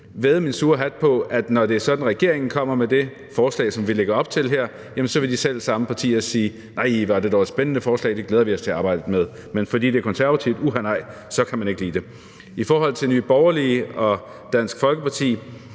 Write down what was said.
æde min gamle hat på, at når det er sådan, at regeringen kommer med det forslag, som vi lægger op til her, jamen så vil de selv samme partier sige: Hvor er det dog et spændende forslag; det glæder vi os til at arbejde med. Men fordi det er Konservative, så uha nej, så kan man ikke lide det. Nye Borgerliges og Dansk Folkepartis